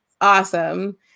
awesome